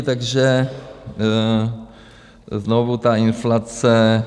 Takže znovu ta inflace...